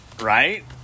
right